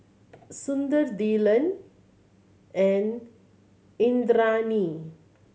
Sundar Dhyan and Indranee